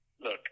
look